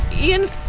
Ian